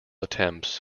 attempts